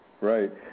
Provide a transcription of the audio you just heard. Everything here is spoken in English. right